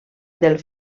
del